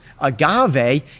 Agave